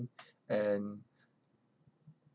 and